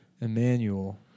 Emmanuel